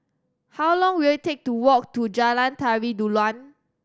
how long will it take to walk to Jalan Tari Dulang